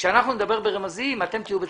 כשאנחנו נדבר ברמזים, אתם תהיו בצרות.